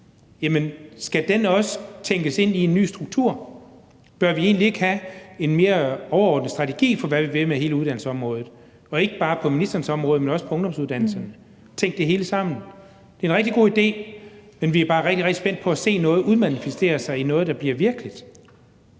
skal de også tænkes ind i en ny struktur? Bør vi egentlig ikke have en mere overordnet strategi for, hvad vi vil med hele uddannelsesområdet, ikke bare på ministerens område, men også på ungdomsuddannelsesområdet? Det at tænke det hele sammen er en rigtig god idé, men vi er bare rigtig, rigtig spændt på at se noget manifestere sig i noget, der bliver virkeligt.